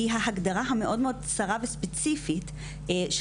היא ההגדרה המאוד מאוד צרה וספציפית של